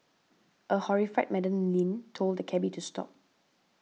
a horrified Madam Lin told the cabby to stop